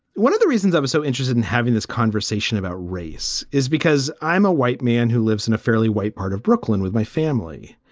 one of the reasons i was so interested in having this conversation about race is because i'm a white man who lives in a fairly white part of brooklyn with my family.